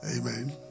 Amen